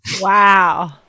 Wow